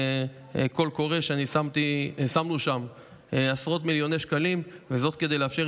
זה קול קורא ששמנו בו עשרות מיליוני שקלים כדי לאפשר